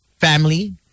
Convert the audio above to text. family